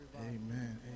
Amen